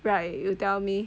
right you tell me